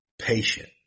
patient